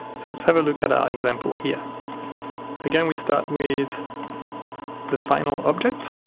so let's have a look at our example here again, we start with the final object